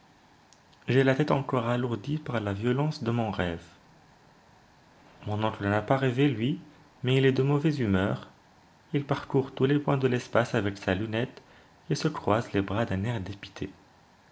j'ai la tête encore alourdie par la violence de mon rêve mon oncle n'a pas rêvé lui mais il est de mauvaise humeur il parcourt tous les points de l'espace avec sa lunette et se croise les bras d'un air dépité